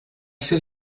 ser